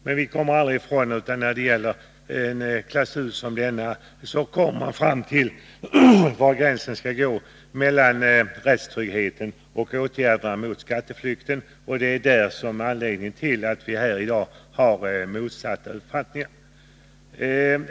Men det går aldrig att komma ifrån att när det gäller en klausul som denna uppkommer frågan var gränsen skall gå mellan rättstryggheten och åtgärderna mot skatteflykt. Det är detta som är anledningen till att vi här i dag har motsatta uppfattningar.